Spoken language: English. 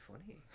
funny